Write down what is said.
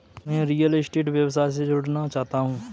मैं real estate व्यवसाय से जुड़ना चाहता हूँ